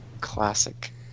Classic